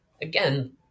again